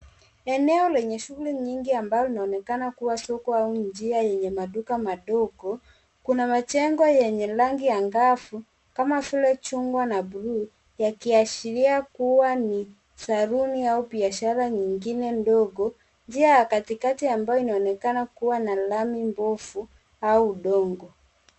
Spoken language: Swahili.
Eneo lenye shughuli nyingi ambalo linaonekana kuwa soko au njia yenye maduka madogo. Kuna majengo yenye rangi angavu kama vile chungwa na bluu yakiashiria kuwa ni saluni au biashara nyingine ndogo. Njia ya katikati ambayo inaonekana kuwa na lami mbovu au udongo.